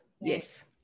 yes